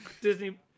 Disney